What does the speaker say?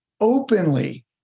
openly